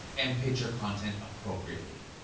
and pitch your content appropriately.